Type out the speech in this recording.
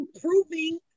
proving